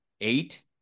eight